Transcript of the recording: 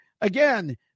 again